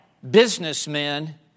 businessmen